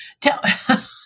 tell